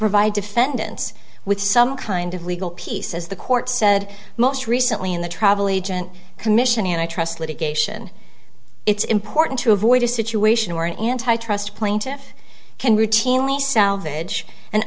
provide defendants with some kind of legal piece as the court said most recently in the travel agent commission and i trust litigation it's important to avoid a situation where an antitrust plaintiff can routinely salvage an